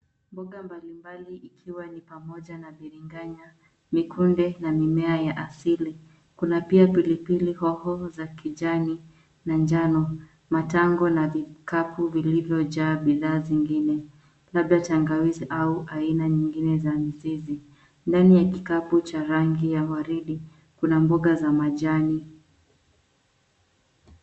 Mboga mbalimbali ikiwa ni pamoja na biringanya, mikunde na mimea ya asili. Kuna pia pilipili hoho za kijani na njano, matango na vikapu vilivyojaa bidhaa zingine, labda tangawizi au mizizi aina nyingine za mizizi. Ndani ya kikapu cha rangi ya wkaridi, kuna mboga za majani.